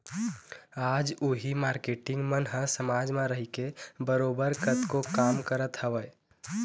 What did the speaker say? आज उही मारकेटिंग मन ह समाज म रहिके बरोबर कतको काम करत हवँय